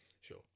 Sure